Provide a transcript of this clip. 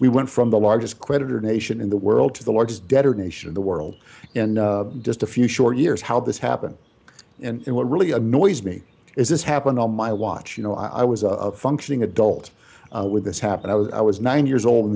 we went from the largest creditor nation in the world to the largest debtor nation in the world in just a few short years how this happened and what really annoys me is this happened on my watch you know i was a functioning adult when this happened i was i was nine years old